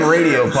Radio